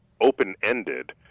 open-ended